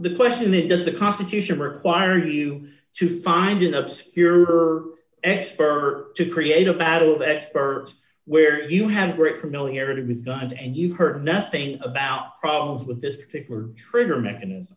the question is does the constitution require you to find an obscure expert to create a battle of experts where you have a great familiarity with guns and you've heard nothing about problems with this particular trigger mechanism